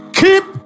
keep